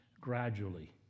gradually